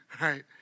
right